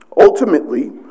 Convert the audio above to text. Ultimately